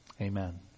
Amen